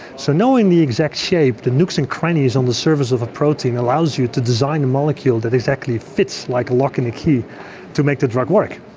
so knowing the exact shape, the nooks and crannies on the surface of a protein, allows you to design a molecule that exactly fits like a lock and a key to make the drug work.